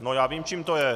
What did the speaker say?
No já vím, čím to je.